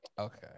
Okay